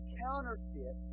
counterfeit